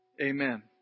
Amen